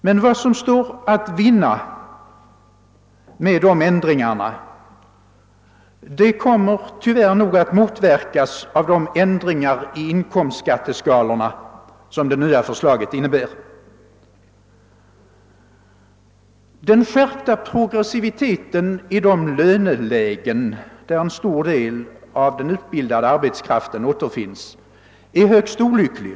Men vad som står att vinna med dessa ändringar kommer nog tyvärr att motverkas av de justeringar i inkomstskatteskalorna, som det nya förslaget innebär. Den skärpta progressiviteten i de lönelägen, där en stor del av den utbildade arbetskraften återfinns, är högst olycklig.